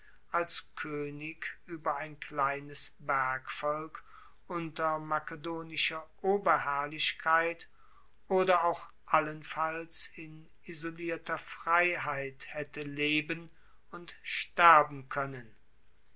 als koenig ueber ein kleines bergvolk unter makedonischer oberherrlichkeit oder auch allenfalls in isolierter freiheit haette leben und sterben koennen